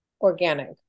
organic